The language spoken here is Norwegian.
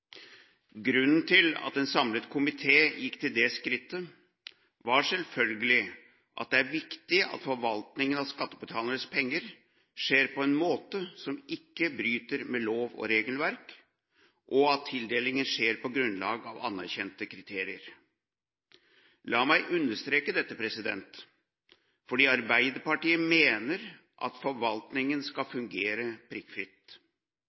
Grunnen til at en samlet komité gikk til det skrittet, var selvfølgelig at det er viktig at forvaltningen av skattebetalernes penger skjer på en måte som ikke bryter med lov og regelverk, og at tildelingen skjer på grunnlag av anerkjente kriterier. La meg understreke dette. Arbeiderpartiet mener at forvaltningen skal fungere prikkfritt.